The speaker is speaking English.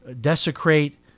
desecrate